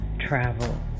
travel